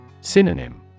Synonym